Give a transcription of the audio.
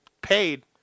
paid